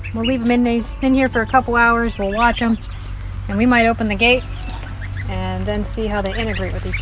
we'll leave them in. they've been here for a couple hours, we'll watch them and we might open the gate and then see how they integrate with each